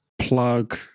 plug